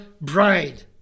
bride